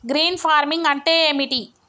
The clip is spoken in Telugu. గ్రీన్ ఫార్మింగ్ అంటే ఏమిటి?